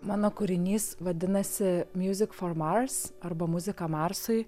mano kūrinys vadinasi muzik for mars arba muzika marsui